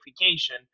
notification